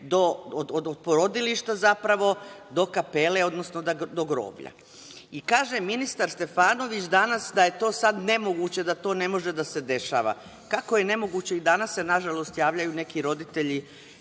od porodilišta zapravo do kapele, odnosno do groblja. I kaže ministar Stefanović danas da je to sad nemoguće, da to ne može da se dešava. Kako je nemoguće? I danas se, nažalost, javljaju neki roditelji